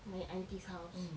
my aunty's house